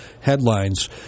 headlines